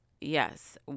Yes